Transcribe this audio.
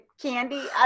candy